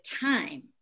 time